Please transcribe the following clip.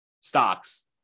stocks